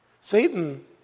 Satan